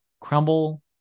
crumble